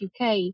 UK